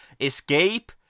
escape